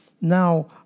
Now